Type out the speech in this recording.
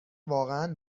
واقعا